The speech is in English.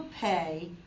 pay